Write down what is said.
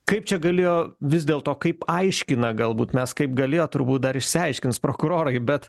kaip čia galėjo vis dėl to kaip aiškina galbūt nes kaip galėjo turbūt dar išsiaiškins prokurorai bet